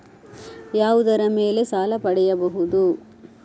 ಯಾವುದರ ಮೇಲೆ ಸಾಲ ಪಡೆಯಬಹುದು?